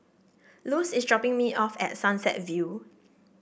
Luz is dropping me off at Sunset View